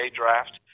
draft